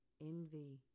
Envy